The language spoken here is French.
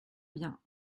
bien